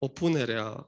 Opunerea